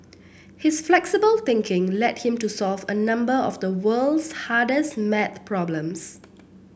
his flexible thinking led him to solve a number of the world's hardest maths problems